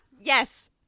Yes